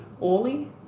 Ollie